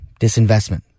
disinvestment